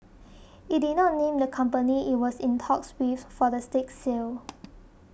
it did not name the company it was in talks with for the stake sale